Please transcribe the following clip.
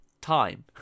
time